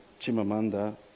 Chimamanda